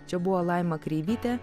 čia buvo laima kreivytė